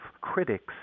critics